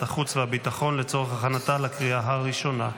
החוץ והביטחון לצורך הכנתה לקריאה הראשונה.